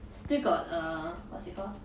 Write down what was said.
still got err what's it call